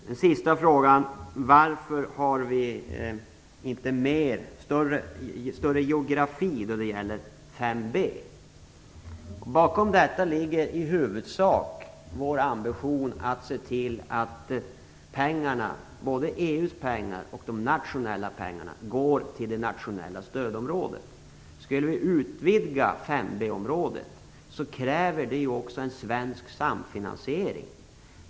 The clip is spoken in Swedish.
Den sista frågan gällde anledningen till att vi inte har lagt ut större geografiskt sammanhängande områden vad gäller mål 5b. Bakom detta ligger i huvudsak vår ambition att se till att få EU:s pengar och de nationella pengarna att gå till det nationella stödområdet. För en utvidgning av 5b-området krävs också en svensk samfinansiering.